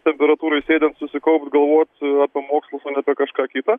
temperatūroj sėdint susikaupt galvot apie mokslus o ne apie kažką kitą